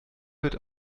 wird